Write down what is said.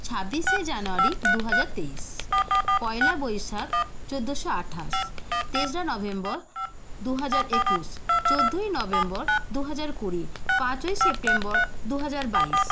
ছাব্বিশে জানুয়ারি দুহাজার তেইশ পয়লা বৈশাখ চৌদ্দশো আটাশ তেসরা নভেম্বর দুহাজার একুশ চৌদ্দই নভেম্বর দুহাজার কুড়ি পাঁচই সেপ্টেম্বর দুহাজার বাইশ